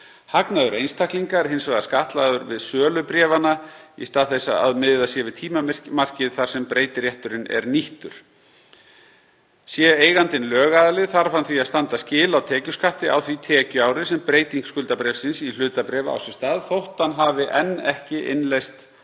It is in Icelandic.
Hagnaður einstaklinga er hins vegar skattlagður við sölu bréfanna í stað þess að miðað sé við tímamarkið þegar breytirétturinn er nýttur. Sé eigandinn lögaðili þarf hann því að standa skil á tekjuskatti á því tekjuári sem breyting skuldabréfsins í hlutabréf á sér stað þótt hann hafi enn ekki innleyst hagnaðinn